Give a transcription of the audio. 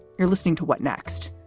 you're listening to what next?